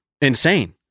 insane